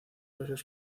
los